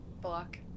Block